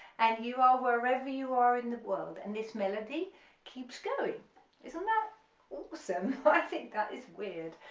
and you are wherever you are in the world, and this melody keeps going isn't that awesome. i think that is weird,